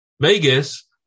Vegas